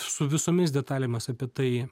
su visomis detalėmis apie tai